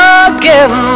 again